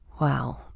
wow